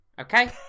okay